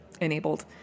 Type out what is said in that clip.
enabled